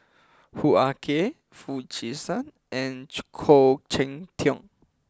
Hoo Ah Kay Foo Chee San and Khoo Cheng Tiong